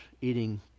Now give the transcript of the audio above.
eating